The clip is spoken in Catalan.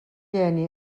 geni